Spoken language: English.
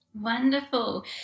Wonderful